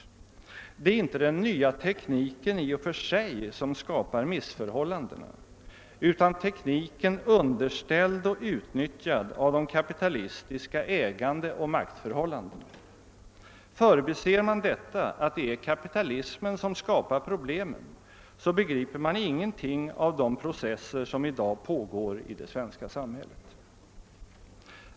Det är inte den nya tekniken i och för sig som skapar missförhållandena, utan det är tekniken underställd och utnyttjad av de kapitalistiska ägandeoch maktförhållandena. Förbiser man att det är kapitalismen som skapar problemen så begriper man ingenting av de processer som i dag pågår i det svenska samhället.